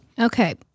Okay